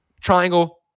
Triangle